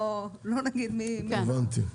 הבנתי.